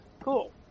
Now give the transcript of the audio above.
cool